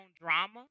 drama